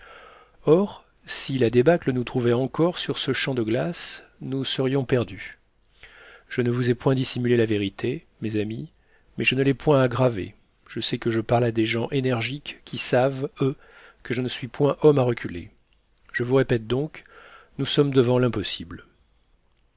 or si la débâcle nous trouvait encore sur ce champ de glace nous serions perdus je ne vous ai point dissimulé la vérité mes amis mais je ne l'ai point aggravée je sais que je parle à des gens énergiques qui savent eux que je ne suis point homme à reculer je vous répète donc nous sommes devant l'impossible